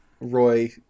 Roy